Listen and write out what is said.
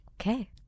Okay